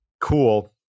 Cool